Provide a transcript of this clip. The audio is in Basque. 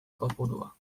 kopurua